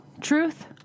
truth